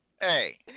hey